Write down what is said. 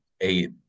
eight